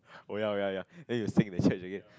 oh ya oh ya ya then you sing the chekc again